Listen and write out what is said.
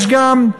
יש גם,